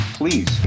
please